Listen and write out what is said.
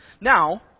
Now